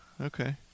Okay